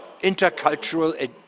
Intercultural